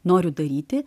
noriu daryti